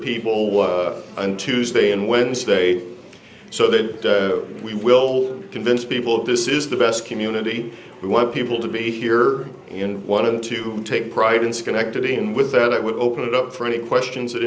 people on tuesday and wednesday so that we will convince people this is the best community we want people to be here in one to take pride in schenectady and with that i would open it up for any questions that